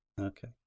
okay